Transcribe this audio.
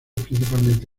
principalmente